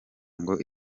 ngo